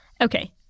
Okay